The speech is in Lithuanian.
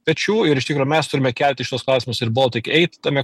pečių ir iš tikro mes turime kelti šiuos klausimus ir boltik eit tame